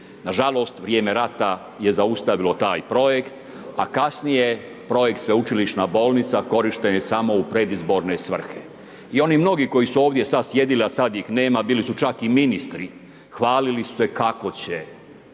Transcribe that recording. Nažalost, vrijeme rata je zaustavilo taj projekt a kasnije je projekt sveučilišna bolnica korišten je samo u predizborne svrhe. I oni mnogi koji su ovdje sada sjedili a sada ih nema, bili su čak i ministri, hvalili su se kako će,